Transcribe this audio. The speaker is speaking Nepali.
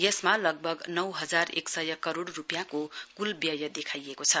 यसमा लगभग नौ हजार एकसय करोड़ रुपियाँको कुल व्यय देखाइएको छ